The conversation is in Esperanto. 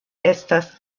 estas